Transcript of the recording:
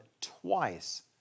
twice